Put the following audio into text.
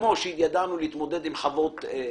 כמו שידענו להתמודד עם חוות דרום,